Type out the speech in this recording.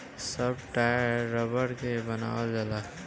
सब टायर रबड़ के बनावल जाला